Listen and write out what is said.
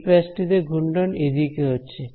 এই প্যাচটি তে ঘূর্ণন এদিকে হচ্ছে